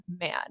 man